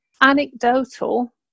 anecdotal